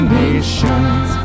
nations